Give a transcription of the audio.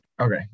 Okay